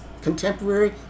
contemporary